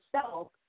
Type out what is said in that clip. self